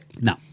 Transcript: No